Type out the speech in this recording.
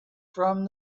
from